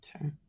Sure